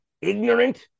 ignorant